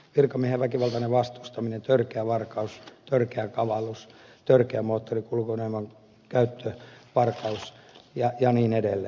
virkamiehen väkivaltainen vastustaminen törkeä varkaus törkeä kavallus törkeä moottorikulkuneuvon käyttövarkaus ja niin edelleen